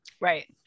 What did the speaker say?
Right